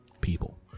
people